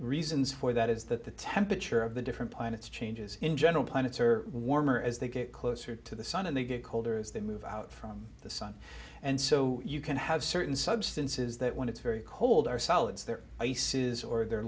reasons for that is that the temperature of the different planets changes in general planets are warmer as they get closer to the sun and they get colder as they move out from the sun and so you can have certain substances that when it's very cold are solids their ice is or their